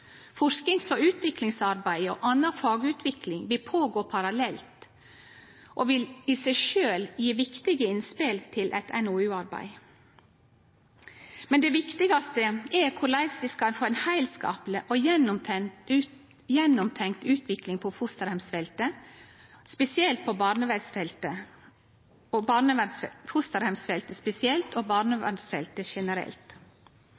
Forskings- og utviklingsarbeidet og anna fagutvikling vil gå parallelt og vil i seg sjølv gje viktige innspel til eit NOU-arbeid. Men det viktigaste er korleis vi skal få ei heilskapleg og gjennomtenkt utvikling på fosterheimsfeltet spesielt og på